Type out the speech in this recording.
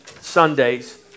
Sundays